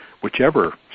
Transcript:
whichever